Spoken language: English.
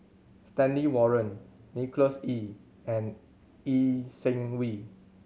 Stanley Warren Nicholas Ee and Lee Seng Wee